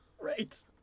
right